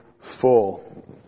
full